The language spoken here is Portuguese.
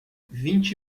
vinte